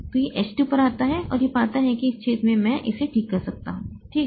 तो यह H 2 पर आता है और पाता है कि इस छेद में मैं इसे ठीक कर सकता हूं ठीक